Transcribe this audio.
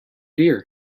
dear